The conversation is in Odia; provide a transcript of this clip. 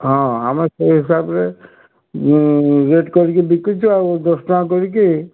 ହଁ ଆମେ ସେ ହିସାବରେ ରେଟ୍ କରି ବିକୁଛୁ ଆଉ ଦଶ ଟଙ୍କା କରିକି